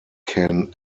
can